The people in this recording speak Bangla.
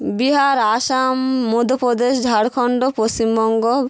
বিহার আসাম মধ্যপ্রদেশ ঝাড়খন্ড পশ্চিমবঙ্গ